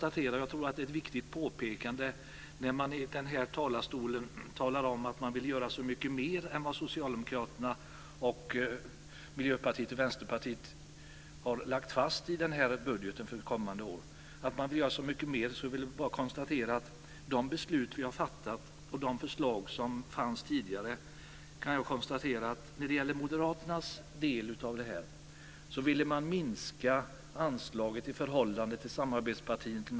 Det tror jag är ett viktigt påpekande när man i den här talarstolen talar om att man vill göra så mycket mer än vad Socialdemokraterna, Miljöpartiet och Vänsterpartiet har lagt fast i budgeten för kommande år.